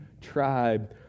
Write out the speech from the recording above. tribe